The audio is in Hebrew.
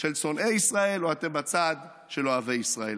של שונאי ישראל או אתם בצד של אוהבי ישראל.